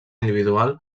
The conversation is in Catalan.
individual